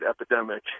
epidemic